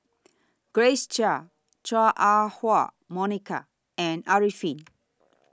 Grace Chia Chua Ah Huwa Monica and Arifin